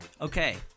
Okay